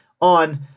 on